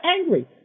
angry